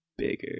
bigger